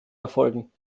erfolgen